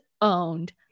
owned